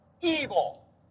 evil